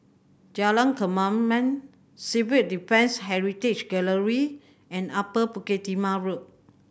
Jalan Kemaman Civil Defence Heritage Gallery and Upper Bukit Timah Road